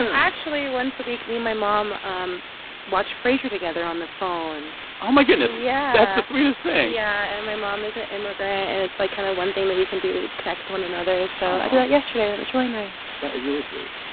and actually, once a week, me and my mom um watch frasier together on the phone oh, my goodness yeah that's the sweetest thing yeah. and my mom is an immigrant. and it's, like, kind of one thing that we can do to to connect with one another. so i did that yesterday. that was really nice that is really sweet.